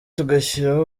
tugashyiraho